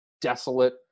desolate